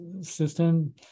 system